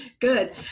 good